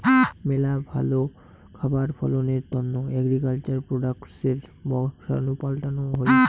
মেলা ভালো খাবার ফলনের তন্ন এগ্রিকালচার প্রোডাক্টসের বংশাণু পাল্টানো হই